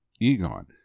Egon